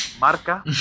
Marca